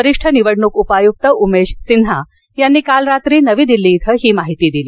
वरिष्ठ निवडणूक उपायुक्त उमेश सिन्हा यांनी काल रात्री नवी दिल्ली इथं ही माहिती दिली